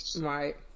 right